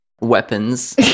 weapons